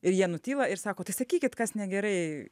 ir jie nutyla ir sako tai sakykit kas negerai